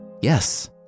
yes